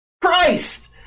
Christ